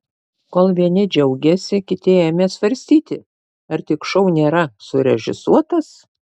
kol vieni džiaugėsi kiti ėmė svarstyti ar tik šou nėra surežisuotas